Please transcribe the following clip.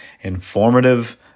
informative